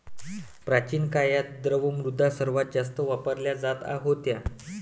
प्राचीन काळात, द्रव्य मुद्रा सर्वात जास्त वापरला जात होता